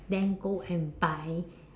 then go and buy